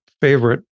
favorite